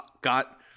got